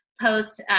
post